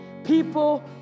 People